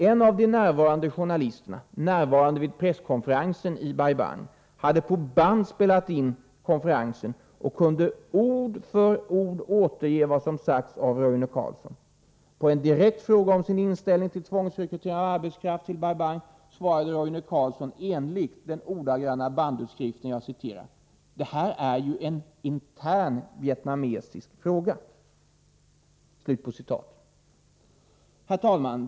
En av de närvarande journalisterna — närvarande vid presskonferensen i Bai Bang — hade på band spelat in presskonferensen och kunde ord för ord återge vad som sagts av Roine Carlsson. På en direkt fråga om sin inställning till tvångsrekrytering av arbetskraft till Bai Bang svarade Roine Carlsson enligt den ordagranna bandutskriften: ”Det här är ju en intern vietnamesisk fråga.” 105 Herr talman!